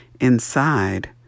inside